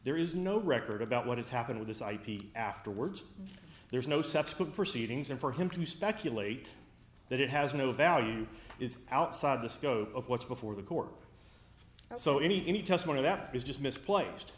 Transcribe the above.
there is no record about what has happened with this ip afterwards there's no subsequent proceedings and for him to speculate that it has no value is outside the scope of what's before the court so any testimony that is just misplaced